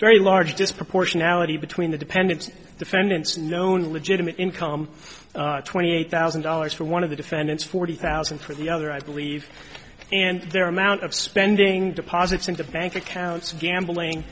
very large disproportionality between the dependent defendants known legitimate income twenty eight thousand dollars for one of the defendants forty thousand for the other i believe and there amount of spending deposits in the bank accounts of gambling